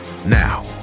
Now